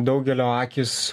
daugelio akys